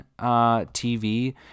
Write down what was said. tv